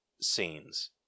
scenes